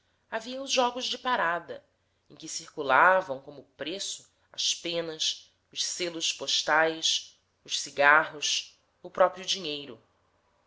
havia os jogos de parada em que circulavam como preço as penas os selos postais os cigarros o próprio dinheiro